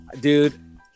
Dude